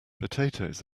potatoes